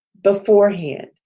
beforehand